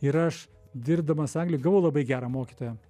ir aš dirbdamas angli gavau labai gerą mokytoją